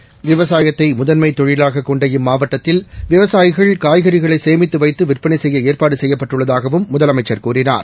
seconds விவசாயத்தை முதன்மை தொழிலாக கொண்ட இம்மாவட்டத்தில் விவசாயிகள் னாய்கறிகளை சேமித்து வைத்து விற்பனை செய்ய ஏற்பாடு செய்யப்பட்டுள்ளதாகவும் முதலமைச்சர் கூறினார்